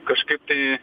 kažkaip tai